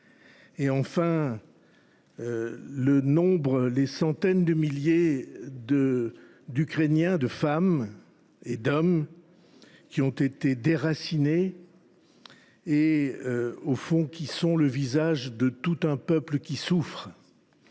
Enfin, des centaines de milliers d’Ukrainiens, de femmes et d’hommes, ont été déracinés. Au fond, ils sont le visage de tout un peuple qui souffre.